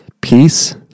peace